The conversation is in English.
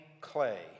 clay